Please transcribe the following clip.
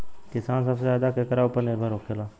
किसान सबसे ज्यादा केकरा ऊपर निर्भर होखेला?